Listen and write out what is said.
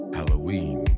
Halloween